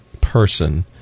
person